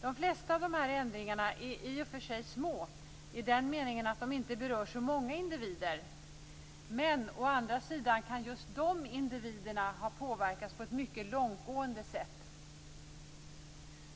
De flesta av dessa ändringar är i och för sig små i den meningen att de inte berör så många individer, men å andra sidan kan just de individerna ha påverkats på ett mycket långtgående sätt.